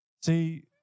See